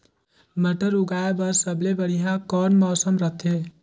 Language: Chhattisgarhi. मटर उगाय बर सबले बढ़िया कौन मौसम रथे?